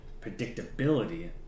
predictability